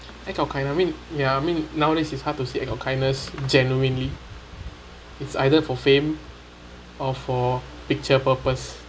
act of kindness I mean ya I mean nowadays it's hard to see act of kindness genuinely it's either for fame or for picture purpose